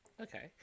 Okay